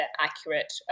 accurate